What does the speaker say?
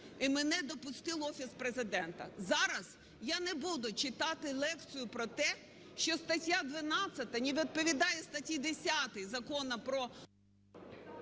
і мене допустив Офіс Президента. Зараз я не буду читати лекцію про те, що стаття 12 не відповідає статті 10 Закону про…